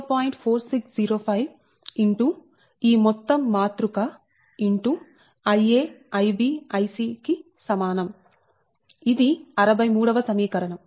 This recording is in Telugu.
4605 ఇన్ టు ఈ మొత్తం మాతృక into Ia Ib Ic కి సమానం ఇది 63 వ సమీకరణం